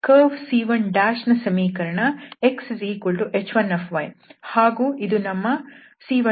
curve C1ನ ಸಮೀಕರಣ xh1 ಹಾಗೂ ಇದು ನಮ್ಮ C1 ಕರ್ವ್